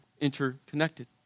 interconnected